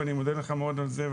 ואני מודה לך מאוד על זה,